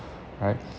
right